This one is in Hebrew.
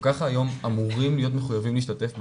גם כך היום אמורים להיות מחויבים להשתתף בה